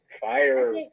Fire